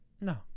No